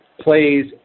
plays